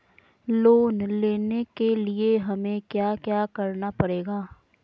Loan लेने के लिए हमें क्या क्या करना पड़ेगा?